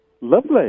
Lovely